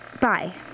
Bye